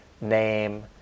name